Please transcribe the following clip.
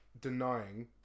denying